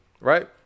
right